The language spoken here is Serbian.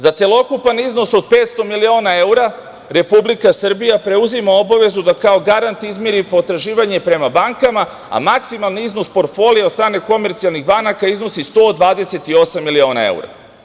Za celokupan iznos od 500 miliona evra, Republika Srbija preuzima obavezu da kao garant izmiri potraživanje prema bankama, a maksimalni iznos portfolio od strane komercijalnih banaka iznosi 128 miliona evra.